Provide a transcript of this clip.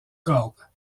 cordes